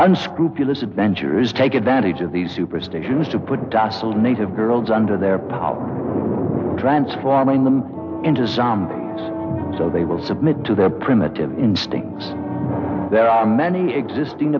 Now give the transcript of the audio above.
i'm scrupulous adventurers take advantage of these superstitions to put docile native girls under their power transforming them into zombies so they will submit to their primitive instincts there are many existing